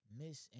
miss